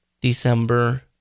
December